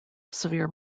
severe